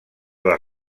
les